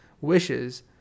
wishes